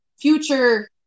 future